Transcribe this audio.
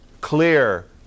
clear